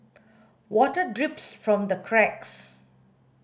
water drips from the cracks